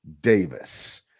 Davis